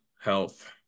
health